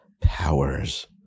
Powers